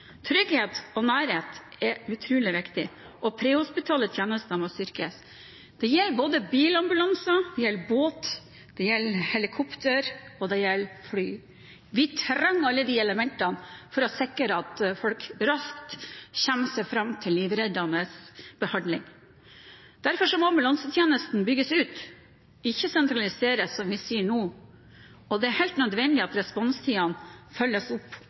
Trygghet og nærhet er utrolig viktig, og prehospitale tjenester må styrkes. Det gjelder bilambulanse, det gjelder båt, det gjelder helikopter, og det gjelder fly. Vi trenger alle de elementene for å sikre at folk raskt kommer seg fram til livreddende behandling. Derfor må ambulansetjenesten bygges ut, ikke sentraliseres, som vi ser nå, og det er helt nødvendig at responstidene følges opp